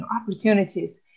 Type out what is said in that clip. opportunities